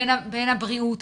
בין הבריאות.